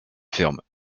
fermes